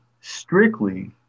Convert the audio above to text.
strictly